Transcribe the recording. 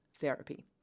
therapy